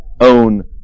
own